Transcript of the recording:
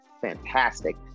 fantastic